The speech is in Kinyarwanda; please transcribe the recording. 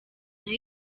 naho